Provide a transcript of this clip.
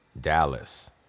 Dallas